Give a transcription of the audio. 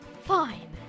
Fine